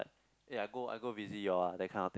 ya I go I go visit you all ah that kind of thing